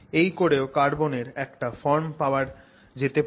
এই করেও কার্বনের একটা ফর্ম পাওয়া যেতে পারে